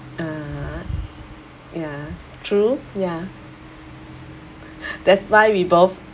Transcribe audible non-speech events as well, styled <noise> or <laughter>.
(uh huh) ya true ya <laughs> that's why we both